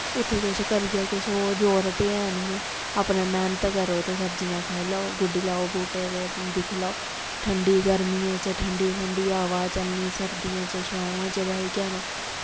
उत्थै किश करियै किश ओह् जोर ते है निं ऐ अपने मेह्नत करो ते सब्जियां खाई लैओ गुड्डी लैओ बूह्टे ते दिक्खी लैओ ठंडी गर्मियें च ठंडी ठंडी हवा चलनी सर्दियें च छाऊं च बेही जाना